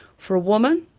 for a woman,